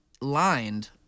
lined